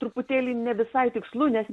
truputėlį ne visai tikslu nes